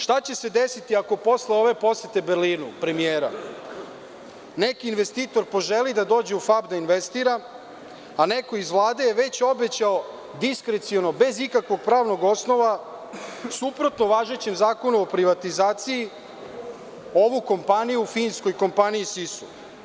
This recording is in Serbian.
Šta će se desiti ako posle ove posete premijera Berlinu neki investitor poželi da dođe u FAP da investira, a neko iz Vlade je već obećao diskreciono, bez ikakvog pravnog osnova, suprotno važećem Zakonu o privatizaciji, ovu kompaniju finskoj kompaniji SISU?